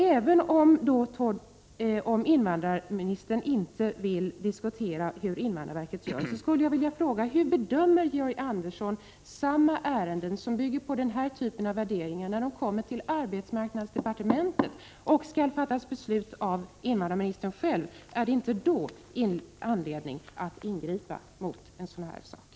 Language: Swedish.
Även om invandrarministern inte vill diskutera hur invandrarverket gör, skulle jag vilja fråga hur Georg Andersson bedömer ärenden som bygger på den här typen av värderingar när de kommer till arbetsmarknadsdepartementet och beslut skall fattas av invandrarministern själv. Finns det då inte anledning att ingripa mot ett sådant förfarande?